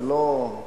זה לא,